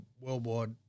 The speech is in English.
worldwide